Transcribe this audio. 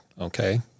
okay